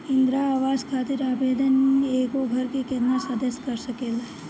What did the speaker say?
इंदिरा आवास खातिर आवेदन एगो घर के केतना सदस्य कर सकेला?